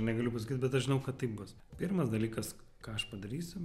negaliu pasakyt bet aš žinau kad tai bus pirmas dalykas ką aš padarysim